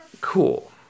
cool